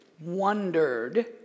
wondered